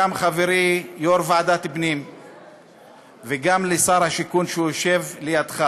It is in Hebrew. גם אל חברי יו"ר ועדת הפנים וגם אל שר השיכון שיושב לידך